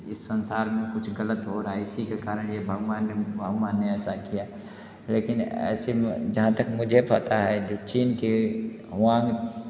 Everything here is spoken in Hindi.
इस संसार में कुछ गलत हो रहा है इसी के कारण ये भगवान ने भगवान ने ऐसा किया लेकिन ऐसे में जहाँ तक मुझे पता है जो चीन के वुहान